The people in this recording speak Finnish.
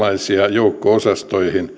joukko osastoihin